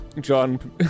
John